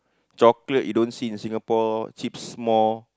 chocolate you don't see in Singapore Chipsmore